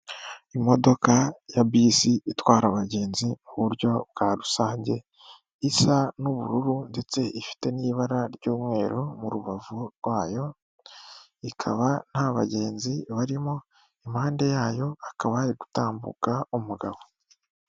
Imodoka ya bisi itwara abagenzi mu buryo bwa rusange isa n'ubururu ndetse ifite n'ibara ry'umweru mu rubavu rwayo, ikaba nta bagenzi barimo, impande yayo hakaba hari gutambuka umugabo.